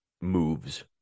moves